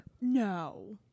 No